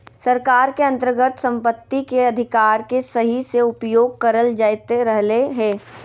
सरकार के अन्तर्गत सम्पत्ति के अधिकार के सही से उपयोग करल जायत रहलय हें